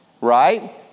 right